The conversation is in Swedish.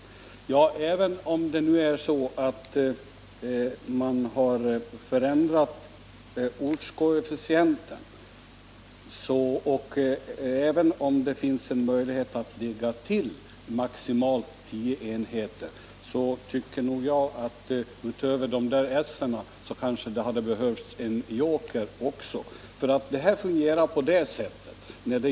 Men även om man nu har förändrat ortskoefficienten och även om det finns en möjlighet att lägga till maximalt 10 enheter, tycker jag att det utöver de här essen kanske kunde ha behövts en joker.